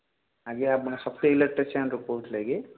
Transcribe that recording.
ଆଜ୍ଞା ଆପଣ ସତି ଇଲେକ୍ଟ୍ରିସିଆନରୁ କହୁଥିଲେ କି